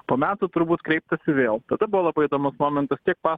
po metų turbūt kreiptasi vėl tada buvo labai įdomus momentas tiek pa